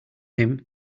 him